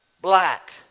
black